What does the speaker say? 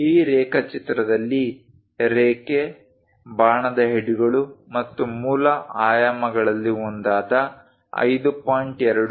ಈ ರೇಖಾಚಿತ್ರದಲ್ಲಿ ರೇಖೆ ಬಾಣದ ಹೆಡ್ಗಳು ಮತ್ತು ಮೂಲ ಆಯಾಮಗಳಲ್ಲಿ ಒಂದಾದ 5